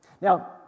Now